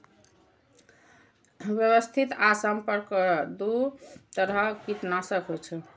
व्यवस्थित आ संपर्क दू तरह कीटनाशक होइ छै